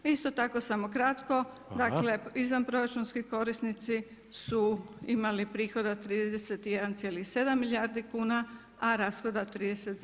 Isto tako samo kratko, dakle izvanproračunski korisnici su imali prihod 31,7 milijardi kuna, a rashoda 30,2.